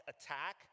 attack